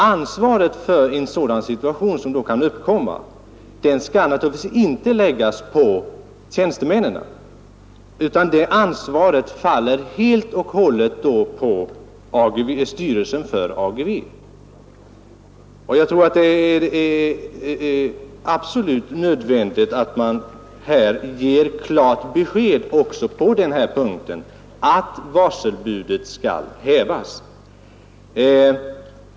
Ansvaret för den situation, som kan uppkomma, skall naturligtvis inte läggas på tjänstemännen, utan det faller helt och hållet på styrelsen för AGV. Jag tror att det är absolut nödvändigt att man ger ett klart besked om att varselbudet skall hävas.